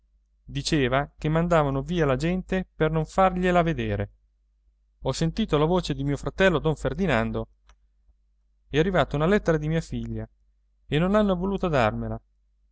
diceva che mandavano via la gente per non fargliela vedere ho sentito la voce di mio fratello don ferdinando è arrivata una lettera di mia figlia e non hanno voluto darmela